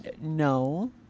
No